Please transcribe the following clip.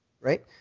Right